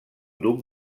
duc